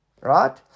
Right